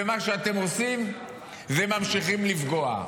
ומה שאתם עושים זה ממשיכים לפגוע.